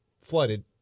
flooded